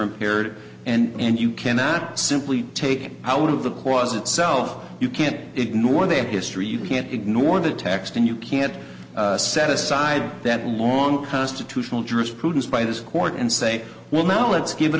impaired and you cannot simply take out of the cause itself you can't ignore their history you can't ignore the text and you can't set aside that long constitutional jurisprudence by this court and say well now let's give it